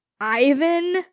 ivan